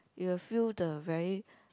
you will feel the very